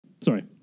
Sorry